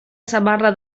samarra